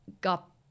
got